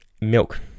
milk